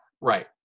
Right